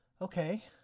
Okay